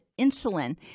insulin